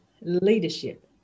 leadership